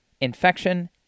infection